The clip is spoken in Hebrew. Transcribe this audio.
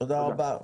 תודה רבה.